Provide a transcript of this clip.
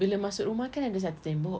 bila masuk rumah kan ada satu tembok